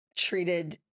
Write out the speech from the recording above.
Treated